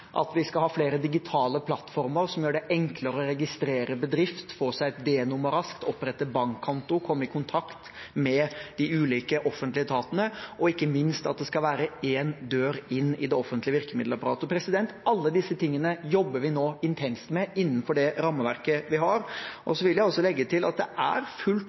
at vi skal ha flere digitale plattformer som gjør det enklere å registrere bedrift, få seg et D-nummer raskt, opprette bankkonto, komme i kontakt med de ulike offentlige etatene, og ikke minst at det skal være én dør inn i det offentlige virkemiddelapparatet. Alt dette jobber vi nå intenst med innenfor det rammeverket vi har. Jeg vil også legge til at det er fullt